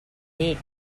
mate